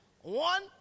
One